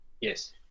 Yes